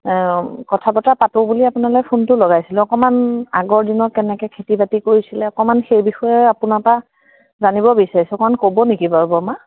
কথা বতৰা পাতোঁ বুলি আপোনালৈ ফোনটো লগাইছিলোঁ অকণমান আগৰ দিনত কেনেকৈ খেতি বাতি কৰিছিলে অকণমান সেই বিষয়ে আপোনাৰ পৰা জানিব বিচাৰিছোঁ অকণমান ক'ব নেকি বাৰু বৰমা